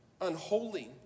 unholy